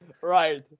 Right